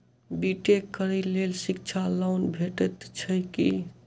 B tech करै लेल शिक्षा लोन भेटय छै की?